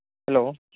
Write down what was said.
hello